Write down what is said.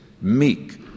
meek